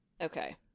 Okay